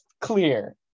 clear